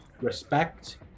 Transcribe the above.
respect